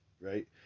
right